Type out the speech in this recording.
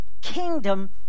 kingdom